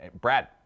brad